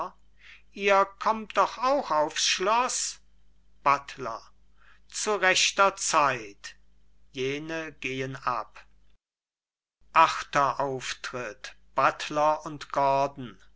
ihr kommt doch auch aufs schloß buttler zu rechter zeit jene gehen ab achter auftritt buttler und gordon